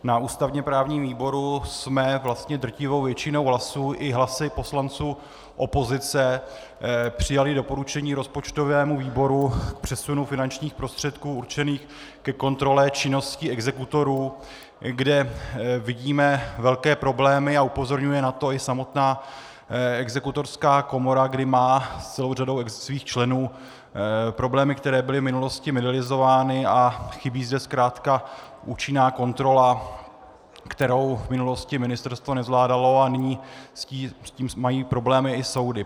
Na ústavněprávním výboru jsme vlastně drtivou většinou hlasů i hlasy poslanců opozice přijali doporučení rozpočtovému výboru k přesunu finančních prostředků určených ke kontrole činnosti exekutorů, kde vidíme velké problémy, a upozorňuje na to i samotná exekutorská komora, kdy má s celou řadou svých členů problémy, které byly v minulosti medializovány, a chybí zde zkrátka účinná kontrola, kterou v minulosti ministerstvo nezvládalo, a nyní s tím mají problémy i soudy.